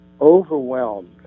overwhelmed